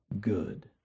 good